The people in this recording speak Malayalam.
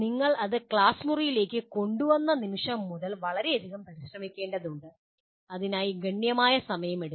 നിങ്ങൾ അത് ക്ലാസ് മുറിയിലേക്ക് കൊണ്ടുവന്ന നിമിഷം മുതൽ വളരെയധികം പരിശ്രമിക്കേണ്ടതുണ്ട് അതിനായി ഗണ്യമായ സമയമെടുക്കും